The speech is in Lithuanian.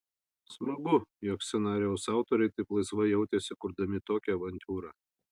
smagu jog scenarijaus autoriai taip laisvai jautėsi kurdami tokią avantiūrą